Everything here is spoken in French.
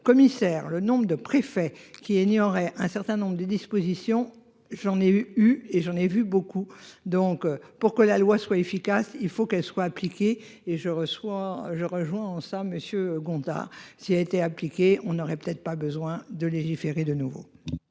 le nombre de préfets qui y aurait un certain nombre de dispositions, j'en ai eu eu et j'en ai vu beaucoup donc pour que la loi soit efficace, il faut qu'elle soit appliquée et je reçois je rejoins en cela monsieur Gondard, s'il a été appliqué, on n'aurait peut-être pas besoin de légiférer de nouveau.